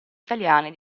italiani